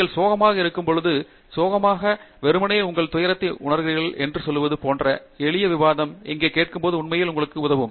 நீங்கள் சோகமாக இருக்கும்போது சோகமாக இருக்கும்போது வெறுமனே உங்கள் துயரத்தை உண்ணுகிறீர்கள் என்று சொல்வது போன்ற எளிய விவாதம் இங்கே கேட்கும்போது உண்மையில் உங்களுக்கு உதவும்